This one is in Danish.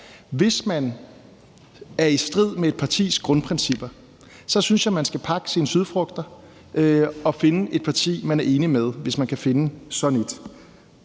hvis man er i strid med sit partis grundprincipper, synes jeg at man skal pakke sine sydfrugter og finde et parti, man er enig med, hvis man kan finde sådan et.